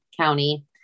County